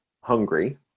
hungry